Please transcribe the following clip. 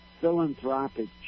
philanthropic